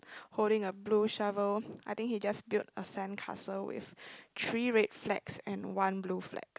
holding a blue shovel I think he just built a sandcastle with three red flags and one blue flag